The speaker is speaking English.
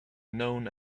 known